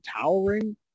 towering